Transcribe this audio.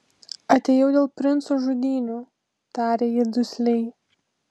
atėjau dėl princų žudynių tarė ji dusliai